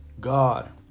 God